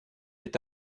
est